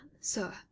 sir